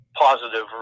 positive